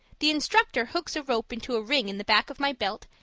the instructor hooks a rope into a ring in the back of my belt,